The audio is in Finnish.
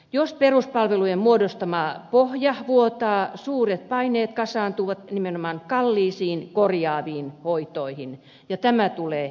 jos peruspalvelujen muodostama pohja vuotaa suuret paineet kasaantuvat nimenomaan kalliisiin korjaaviin hoitoihin ja tämä tulee estää